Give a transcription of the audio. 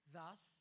Thus